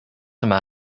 yma